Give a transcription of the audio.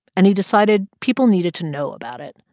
and he decided people needed to know about it,